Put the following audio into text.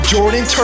Jordan